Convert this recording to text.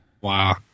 Wow